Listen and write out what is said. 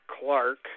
Clark